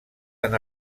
han